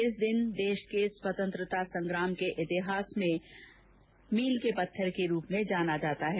इस दिन को देश के स्वतंत्रता संग्राम के इतिहास में मील के पत्थर के रूप में जाना जाता है